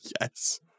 Yes